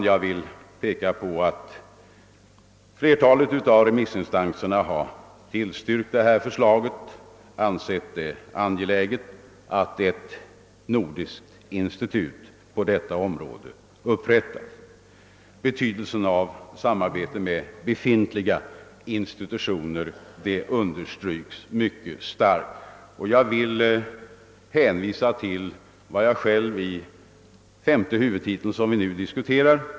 Jag vill peka på att flertalet av remissinstanserna har tillstyrkt detta förslag och ansett det angeläget att ett nordiskt institut på detta område upprättas. Betydelsen av samarbete med befintliga institutioner understryks mycket kraftigt. Jag kan hänvisa till vad jag själv har yttrat i femte huvudtiteln, som vi nu diskuterar.